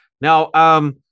now